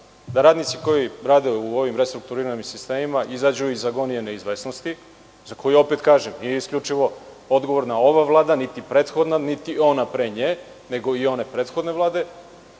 da radnici koji rade u ovim restrukturiranim sistemima izađu iz agonije neizvesnosti, za koju opet kažem da nije isključivo odgovorna ova Vlada, niti prethodna, niti ona pre nje, nego i one prethodne vlade.